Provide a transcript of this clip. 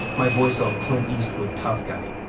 my voice all clint eastwood tough-guy.